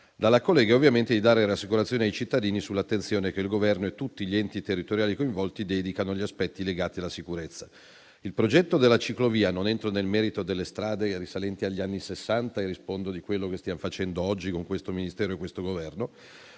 dalla collega, e ovviamente di dare rassicurazioni ai cittadini sull'attenzione che il Governo e tutti gli enti territoriali coinvolti dedicano gli aspetti legati alla sicurezza. Il progetto della ciclovia - non entro nel merito delle strade, risalenti agli anni Sessanta, e rispondo di quello che stiamo facendo oggi con questo Ministero e questo Governo